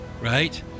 right